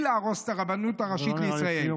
להרוס את הרבנות הראשית לישראל." זה לא נראה לי סיום,